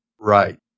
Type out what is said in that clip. Right